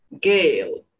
gale